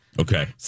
Okay